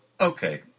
okay